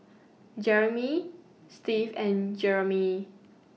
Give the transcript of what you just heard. Jerimy Steve and Jeramie